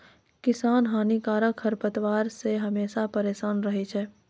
किसान हानिकारक खरपतवार से हमेशा परेसान रहै छै